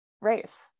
race